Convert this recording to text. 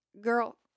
girl